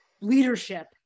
leadership